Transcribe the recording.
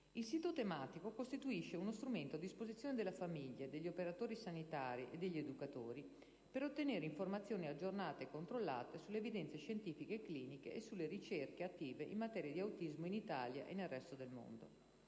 Il sito tematico costituisce uno strumento a disposizione delle famiglie, degli operatori sanitari e degli educatori per ottenere informazioni aggiornate e controllate sulle evidenze scientifiche e cliniche e sulle ricerche attive in materia di autismo in Italia e nel resto del mondo.